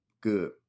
good